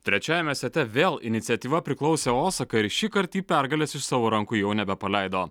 trečiajame sete vėl iniciatyva priklausė osakai ir šįkart ji pergalės iš savo rankų jau nebepaleido